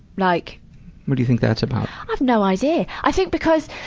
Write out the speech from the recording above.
like what do you think that's about? i've no idea! i think because,